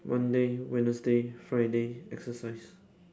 monday wednesday friday exercise